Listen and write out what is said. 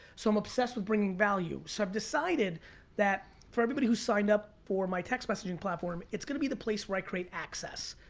so i'm obsessed with bringing value. so i've decided that, for everybody who's signed up for my text messaging platform, it's gonna be the place where i create access.